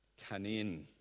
Tanin